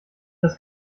das